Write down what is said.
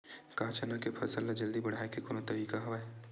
का चना के फसल ल जल्दी बढ़ाये के कोनो तरीका हवय?